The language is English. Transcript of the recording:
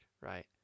right